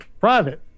private